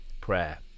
prayer